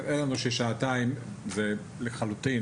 נראה לנו ששעתיים זה רלוונטי ומספיק לחלוטין,